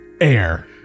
Air